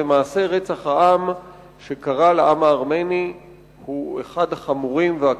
ומעשה רצח העם שקרה לעם הארמני הוא אחד החמורים והקשים.